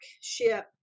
ship